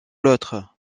l’autre